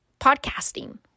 podcasting